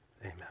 Amen